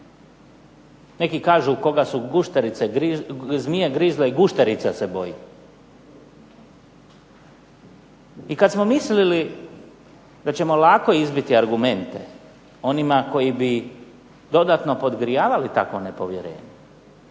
Neki kažu koga su zmije grizle i gušterica se boji. I kad smo mislili da ćemo lako izbiti argumente onima koji bi dodatno podgrijavali takvo nepovjerenje,